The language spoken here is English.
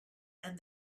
and